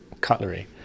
cutlery